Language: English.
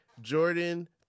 Jordan